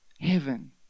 heaven